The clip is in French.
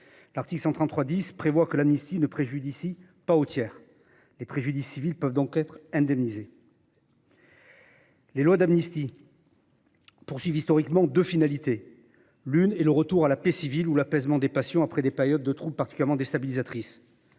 L’article 133 10 prévoit que l’amnistie « ne préjudicie pas au tiers »; les préjudices civils peuvent donc être indemnisés. Historiquement, les lois d’amnistie poursuivent deux finalités. La première est le retour à la paix civile ou l’apaisement des passions après des périodes de troubles particulièrement déstabilisatrices.